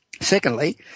Secondly